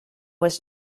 was